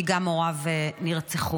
כי גם הוריו נרצחו.